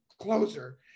closer